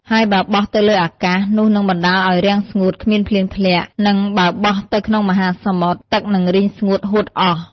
ហើយបើបោះទៅលើអាកាស នោះនឹងបណ្ដាលឲ្យរាំងស្ងួតគ្មានភ្លៀងធ្លាក់ និងបើបោះទៅក្នុងមហាសមុទ្រ ទឹកនឹងរីងស្ងួតហួតអស់។